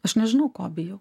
aš nežinau ko bijau